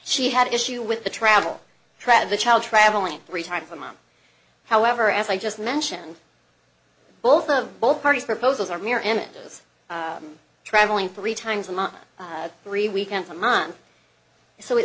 she had an issue with the travel travel child traveling three times a month however as i just mentioned both of both parties proposals are mirror images travelling three times a month three weekends a month so it